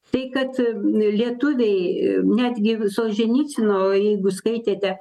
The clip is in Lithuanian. tai kad lietuviai netgi solženycino jeigu skaitėte